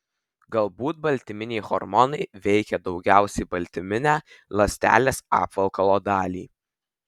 galbūt baltyminiai hormonai veikia daugiausiai baltyminę ląstelės apvalkalo dalį